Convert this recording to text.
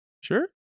Sure